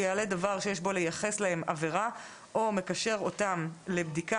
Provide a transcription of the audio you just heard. שיעלה דבר שיש בו לייחס להם עבירה או מקשר אותם לבדיקה,